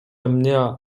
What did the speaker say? эмне